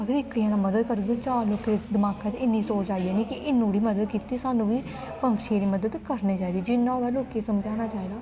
अगर इक जना मदद करग चार लोकें दे दमाकां च इ'न्नी सोच आई जानी कि इ'न्ने ओह्दी मदद कीती ते सानूं बी पंछियें दी मदद करनी चाहिदी जि'न्नी होवै लोकें गी समझाना चाहिदा